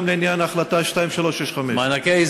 ואם אפשר גם לעניין מענקי האיזון וגם לעניין החלטה 2365. מענקי האיזון,